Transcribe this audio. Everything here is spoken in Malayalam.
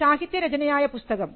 ഒരു സാഹിത്യ രചനയായ പുസ്തകം